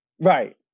right